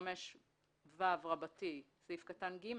סעיף 25ו(ג),